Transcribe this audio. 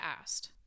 asked